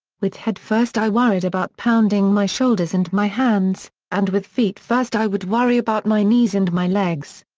with head-first i worried about pounding my shoulders and my hands, and with feet-first i would worry about my knees and my legs.